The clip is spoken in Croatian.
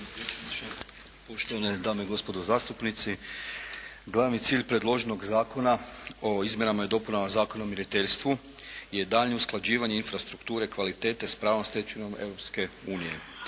Poštovane dame i gospodo zastupnici. Glavni cilj predloženog Zakona o izmjenama i dopunama Zakona o mjeriteljstvu je daljnje usklađivanje infrastrukture kvalitete s pravnom stečevinom